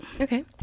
Okay